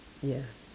ya